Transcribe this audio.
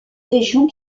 régions